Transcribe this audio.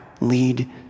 lead